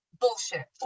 bullshit